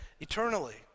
eternally